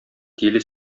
тиле